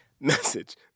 message